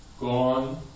Gone